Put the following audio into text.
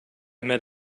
met